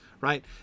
right